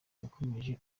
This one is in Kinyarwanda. yakomeje